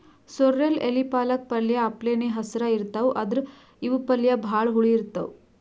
sorrel ಎಲಿ ಪಾಲಕ್ ಪಲ್ಯ ಅಪ್ಲೆನೇ ಹಸ್ರ್ ಇರ್ತವ್ ಆದ್ರ್ ಇವ್ ಪಲ್ಯ ಭಾಳ್ ಹುಳಿ ಇರ್ತವ್